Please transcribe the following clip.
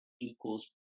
equals